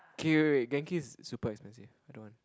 okay wait wait wait Genki is super expensive i don't want